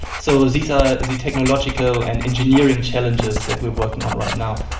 so these are the technological and engineering challenges that we are working on right now,